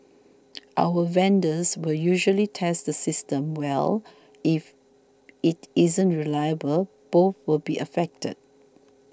our vendors will usually test the systems well if it isn't reliable both will be affected